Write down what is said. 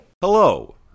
Hello